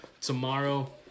tomorrow